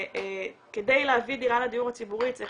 כדי להביא דירה לדיור הציבורי צריך